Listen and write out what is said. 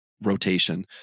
rotation